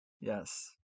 Yes